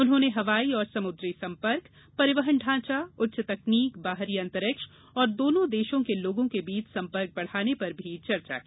उन्होंने हवाई और समुद्री संपर्क परिवहन ढांचा उच्च तकनीक बाहरी अंतरिक्ष और दोनों देशों के लोगों के बीच संपर्क बढाने पर भी चर्चा की